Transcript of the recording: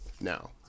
now